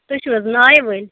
تُہۍ چھُو حظ نایہِ وٲلۍ